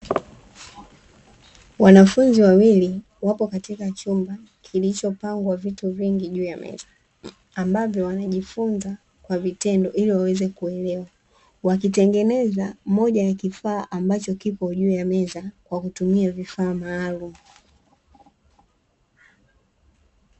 Wanafunzi wawili wapo katika chumba kilichopangwa vitu vingi juu ya meza, ambavyo wanajifunza kwa vitendo ili waweze kuelewa wakitengeneza moja ya kifaa ambacho kipo juu ya meza kwa kutumia vifaa maalumu.